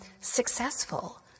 successful